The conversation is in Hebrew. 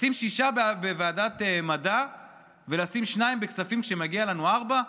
לשים שישה בוועדת מדע ולשים שניים בכספים כשמגיע לנו ארבעה,